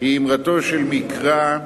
היא אמרתו של מקרא: